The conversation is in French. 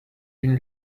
d’une